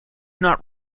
not